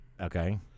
Okay